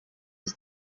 was